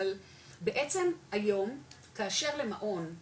אבל בעצם היום כאשר למעון,